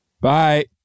Bye